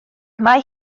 mae